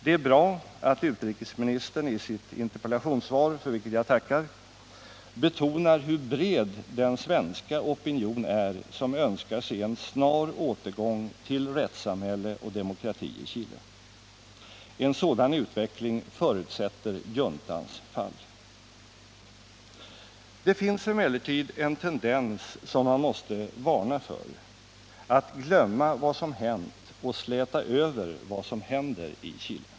Det är bra att utrikesministern i sitt interpellationssvar, för vilket jag tackar, betonar hur Nr 50 bred den svenska opinion är som önskar se en snar återgång till rättssamhälle och demokrati i Chile. En sådan utveckling förutsätter juntans fall. Det finns emellertid en tendens, som man måste varna för, att glömma vad som hänt och släta över vad som händer i Chile.